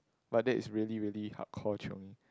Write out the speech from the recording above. but that is really really hard core chionging